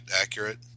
accurate